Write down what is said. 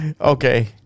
Okay